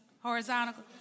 horizontal